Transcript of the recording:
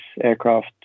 aircraft